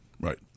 right